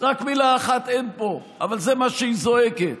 רק מילה אחת אין פה, אבל זה מה שהיא זועקת,